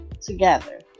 together